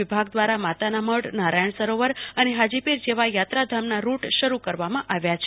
વિભાગ દ્રારા માતાનામઢનારાયણ સરોવર અને હાજીપીર જેવા યાત્રાધામના રૂટ શરૂ કરવામાં આવ્યા છે